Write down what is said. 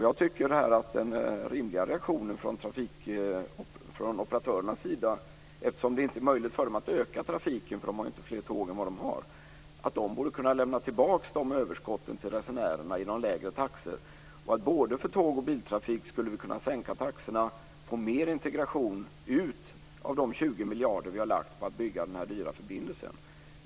Jag tycker att den rimliga reaktionen från operatörernas sida - de kan inte öka trafiken, för de har inte flera tåg - skulle vara att de lämnade tillbaka dessa överskott till resenärerna genom lägre taxor. Taxorna skulle kunna sänkas för både tåg och biltrafik, så att vi fick ut mer av integration av de 20 miljarder som vi har lagt ned på att bygga denna dyra förbindelse.